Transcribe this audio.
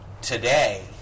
today